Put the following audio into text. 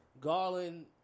Garland